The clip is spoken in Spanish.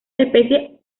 especies